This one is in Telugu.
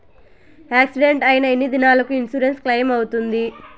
యాక్సిడెంట్ అయిన ఎన్ని దినాలకు ఇన్సూరెన్సు క్లెయిమ్ అవుతుంది?